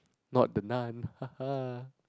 not the Nun